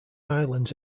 islands